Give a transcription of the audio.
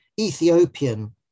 Ethiopian